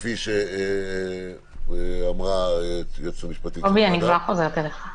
כפי שאמרה היועצת המשפטית של הוועדה.